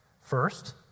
First